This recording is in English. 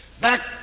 back